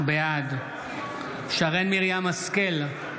בעד שרן מרים השכל,